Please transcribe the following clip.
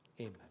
amen